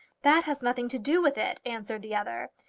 that has nothing to do with it, answered the other.